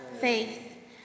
faith